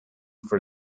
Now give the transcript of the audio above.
for